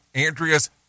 Andreas